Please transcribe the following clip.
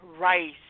Rice